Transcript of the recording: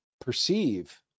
perceive